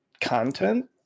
content